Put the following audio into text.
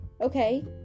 Okay